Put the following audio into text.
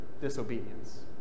disobedience